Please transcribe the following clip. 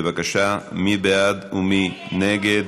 בבקשה, מי בעד ומי נגד?